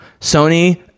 Sony